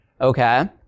Okay